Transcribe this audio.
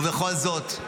ובכל זאת,